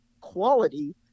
quality